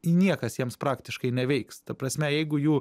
niekas jiems praktiškai neveiks ta prasme jeigu jų